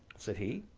said he,